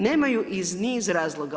Nemaju iz niz razloga.